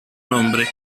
nombre